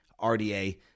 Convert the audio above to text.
RDA